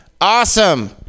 awesome